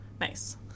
Nice